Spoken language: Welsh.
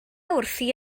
wrthi